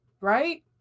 right